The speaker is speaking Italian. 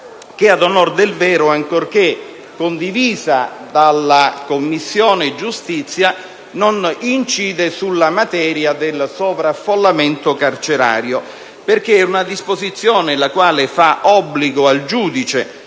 che, ad onore del vero, ancorché condivisa dalla Commissione giustizia non incide sulla materia del sovraffollamento carcerario perché è una disposizione la quale fa obbligo al giudice,